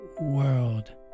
world